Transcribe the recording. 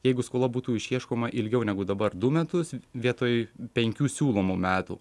jeigu skola būtų išieškoma ilgiau negu dabar du metus vietoj penkių siūlomų metų